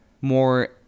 more